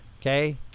Okay